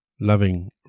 Loving